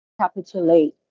capitulate